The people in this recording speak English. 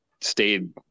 stayed